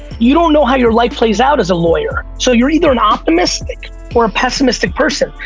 you don't know how your life plays out as a lawyer. so you're either an optimistic or pessimistic person.